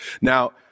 Now